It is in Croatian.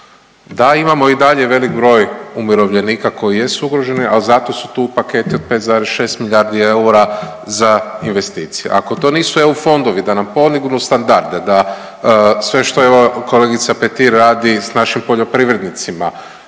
Da, imamo i dalje velik broj umirovljenika koji jesu ugroženi, ali zato su tu paketi od 5,6 milijardi eura za investicije ako to nisu sve eu fondovi da nam podignu standarde da sve što je kolegica Petir radi s našim poljoprivrednicima,